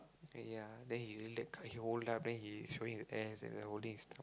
then ya then he really that kind he hold up then he showing the ass and then holding his sto~